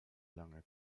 lange